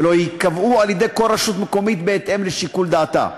ולא ייקבעו על-ידי כל רשות מקומית בהתאם לשיקול דעתה.